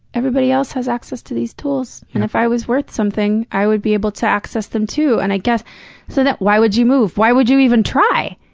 everybody else has access to these tools. and if i was worth something, i would be able to access them, too. and i guess so why would you move? why would you even try?